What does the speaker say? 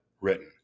written